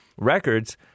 Records